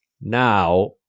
Now